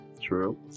true